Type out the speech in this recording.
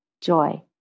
joy